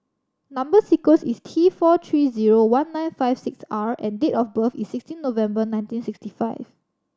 number sequence is T four three zero one nine five six R and date of birth is sixteen November nineteen sixty five